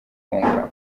konka